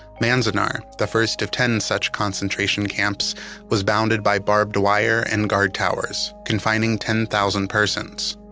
manzanar, the first of ten such concentration camps was bounded by barbed wire and guard towers confining ten thousand persons,